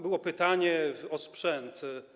Było pytanie o sprzęt.